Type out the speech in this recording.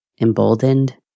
emboldened